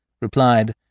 replied